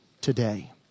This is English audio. today